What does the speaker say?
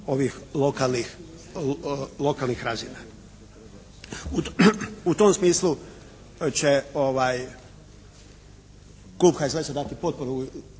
ovih lokalnih razina. U tom smislu će klub HSLS-a dati potporu